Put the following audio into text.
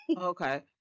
Okay